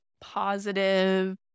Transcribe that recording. positive